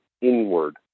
inward